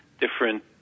different